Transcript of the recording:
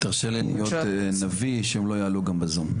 תרשה לי להיות נביא שהם לא יעלו גם בזום.